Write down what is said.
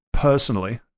personally